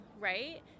right